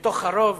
מתוך הרוב,